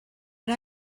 and